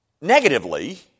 negatively